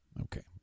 Okay